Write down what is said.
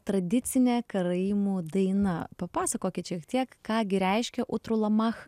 tradicinė karaimų daina papasakokit šiek tiek ką gi reiškia utrulamach